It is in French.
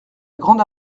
grande